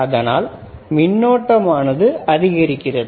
அதனால் மின்னோட்டம் ஆனது அதிகரிக்கிறது